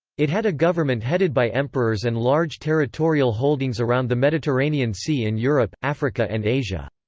it had a government headed by emperors and large territorial holdings around the mediterranean sea in europe, africa and asia.